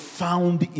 found